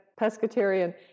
pescatarian